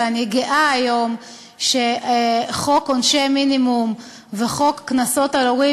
ואני גאה היום שחוק עונשי מינימום וחוק קנסות על הורים